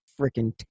freaking